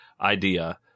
idea